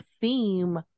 theme